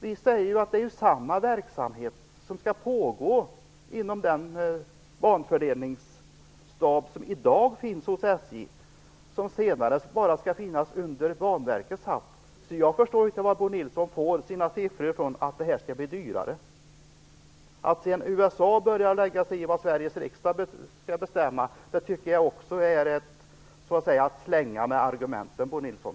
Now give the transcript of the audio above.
Vi säger ju att det är samma verksamhet som skall pågå inom den banfördelningsstab som i dag finns hos SJ, som senare bara skall finnas under Banverkets hatt. Jag förstår inte varifrån Bo Nilsson får sina siffror om att det här skall bli dyrare. Att USA börjar lägga sig i vad Sveriges riksdag skall bestämma tycker jag också är att slänga med argumenten, Bo Nilsson.